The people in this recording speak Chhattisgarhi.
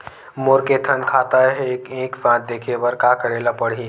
मोर के थन खाता हे एक साथ देखे बार का करेला पढ़ही?